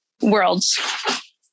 worlds